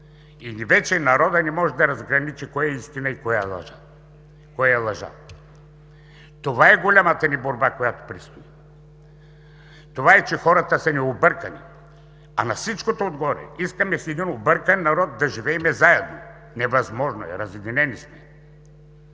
вече не може да разграничи кое е истина и кое е лъжа. Това е голямата ни борба, която предстои. Това е, че хората ни са объркани, а на всичкото отгоре искаме с един объркан народ да живеем заедно – невъзможно е, разединени сме.